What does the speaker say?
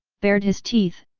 bared his teeth,